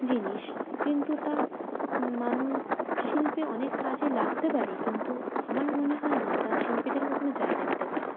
জিনিস কিন্তু তা মানব শিল্পে অনেক কাজে লাগতে পারে কিন্তু আমার মনে হয় না তা শিল্পীদের কখনও জায়গা নিতে পারে